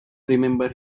remember